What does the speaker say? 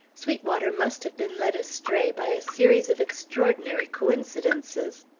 sweetwater must have been led astray by a series of extraordinary coincidences.